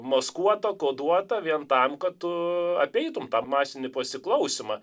maskuota koduota vien tam kad tu apeitumei tą masinį pasiklausymą